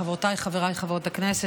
חברותיי וחברי חברי הכנסת,